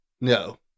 no